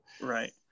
Right